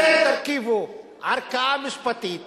אתם תרכיבו ערכאה משפטית